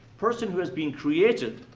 person who has been created,